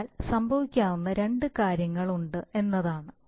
അതിനാൽ സംഭവിക്കാവുന്ന രണ്ട് കാര്യങ്ങളുണ്ട് എന്നതാണ്